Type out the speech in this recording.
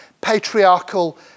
patriarchal